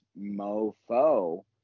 mofo